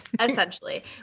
Essentially